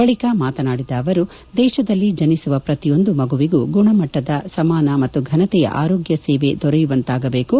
ಬಳಿಕ ಮಾತನಾಡಿದ ಅವರು ದೇಶದಲ್ಲಿ ಜನಿಸುವ ಪ್ರತಿಯೊಂದು ಮಗುವಿಗೂ ಗುಣಮಟ್ಟದ ಸಮಾನ ಮತ್ತು ಫನತೆಯ ಆರೋಗ್ಯ ಸೇವೆ ದೊರೆಯುವಂತಾಗಬೇಕು